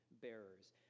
bearers